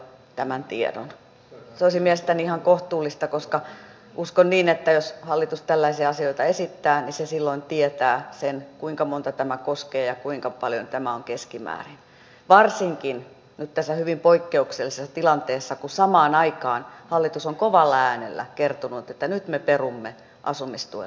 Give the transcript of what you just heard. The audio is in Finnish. se olisi mielestäni ihan kohtuullista koska uskon niin että jos hallitus tällaisia esittää niin se silloin tietää sen kuinka monta tämä koskee ja kuinka paljon tämä on keskimäärin varsinkin nyt tässä hyvin poikkeuksellisessa tilanteessa kun samaan aikaan hallitus on kovalla äänellä kertonut että nyt me perumme asumistuen leikkaukset